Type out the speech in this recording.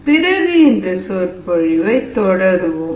பிறகு இந்த சொற்பொழிவை தொடருவோம்